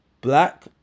black